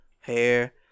hair